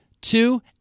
Two